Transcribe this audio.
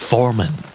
Foreman